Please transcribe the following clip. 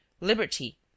liberty